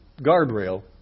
guardrail